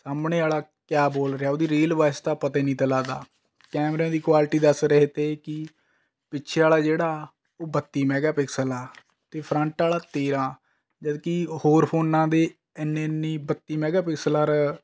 ਸਾਹਮਣੇ ਵਾਲਾ ਕਿਆ ਬੋਲ ਰਿਹਾ ਉਹਦੀ ਰੀਲ ਵੋਇਸ ਤਾਂ ਪਤਾ ਹੀ ਨਹੀਂ ਤਾ ਲੱਗਦਾ ਕੈਮਰਿਆਂ ਦੀ ਕੁਆਲਿਟੀ ਦੱਸ ਰਹੇ ਤੇ ਕਿ ਪਿੱਛੇ ਵਾਲਾ ਜਿਹੜਾ ਉਹ ਬੱਤੀ ਮੈਗਾਪਿਕਸਲ ਆ ਅਤੇ ਫਰੰਟ ਵਾਲਾ ਤੇਰਾਂ ਜਦ ਕਿ ਹੋਰ ਫੋੇਨਾਂ ਦੇ ਇੰਨੇ ਇੰਨੀ ਬੱਤੀ ਮੈਗਾਪਿਕਸਲ ਆਰ